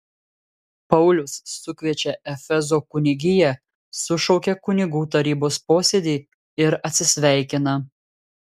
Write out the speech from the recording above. paulius sukviečia efezo kunigiją sušaukia kunigų tarybos posėdį ir atsisveikina